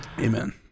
Amen